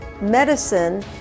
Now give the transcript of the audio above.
medicine